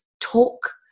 talk